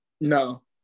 No